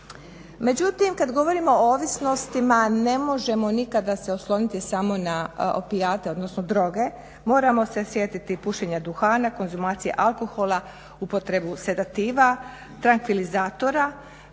Međutim, kada govorimo o ovisnostima ne možemo nikada se osloniti samo na opijate, odnosno droge, moramo se sjetiti pušenja duhana, konzumacije alkohola, upotrebu sedativa, trankvilizatora,